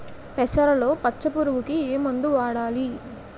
పెసరలో పచ్చ పురుగుకి ఏ మందు వాడాలి?